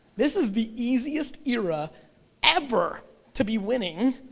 this is the easiest era ever to be winning,